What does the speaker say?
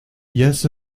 yes